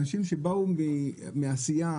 אנשים שבאו מעשייה,